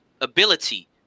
ability